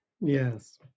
Yes